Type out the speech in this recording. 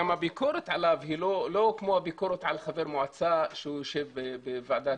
גם הביקורת עליו היא לא כמו הביקורת על חבר מועצה שיושב בוועדה